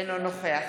אינו נוכח